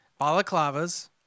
balaclavas